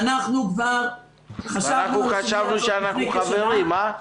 אנחנו כבר חשבנו על זה לפני כשנה.